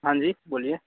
ہاں جی بولیے